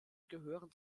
gehören